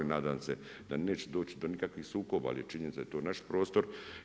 I nadam se da neće doći do nikakvih sukoba, ali je činjenica da je to naš prostor.